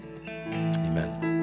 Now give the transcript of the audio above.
amen